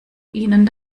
ihnen